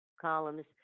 columns